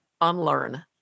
unlearn